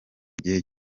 gihe